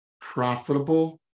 profitable